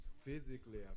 physically